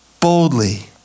Boldly